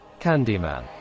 Candyman